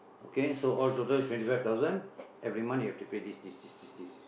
okay so all total is twenty five thousand every month you have to pay this this this this this